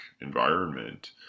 environment